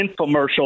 infomercial